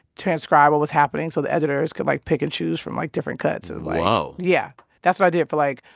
transcribe what was happening so the editors could, like, pick and choose from, like, different cuts and, like. whoa yeah, that's what i did for, like,